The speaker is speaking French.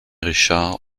richard